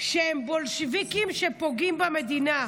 שהם בולשביקים שפוגעים במדינה,